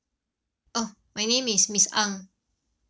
oh my name is miss ang